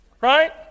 right